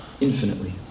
infinitely